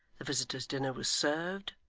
the visitor's dinner was served,